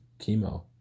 chemo